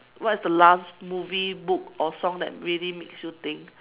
what's the last movie book or song that really makes you think